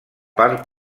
part